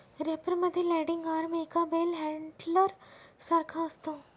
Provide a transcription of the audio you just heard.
wrapper मध्ये landing arm एका bale handler सारखा असतो